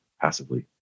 passively